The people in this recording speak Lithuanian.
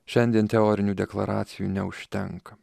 šiandien teorinių deklaracijų neužtenka